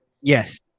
yes